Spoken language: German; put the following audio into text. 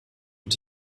und